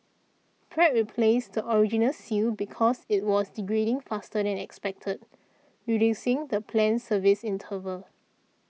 Pratt replaced the original seal because it was degrading faster than expected reducing the planned service interval